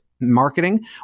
marketing